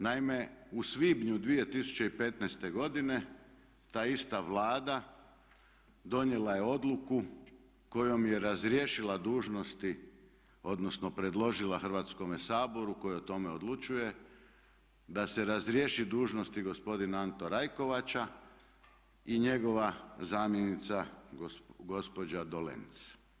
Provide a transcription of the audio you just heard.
Naime, u svibnju 2015. godine ta ista Vlada donijela je odluku kojom je razriješila dužnosti, odnosno predložila Hrvatskome saboru koji o tome odlučuje da se razriješi dužnosti gospodin Anto Rajkovača i njegova zamjenica gospođa Dolenc.